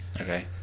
Okay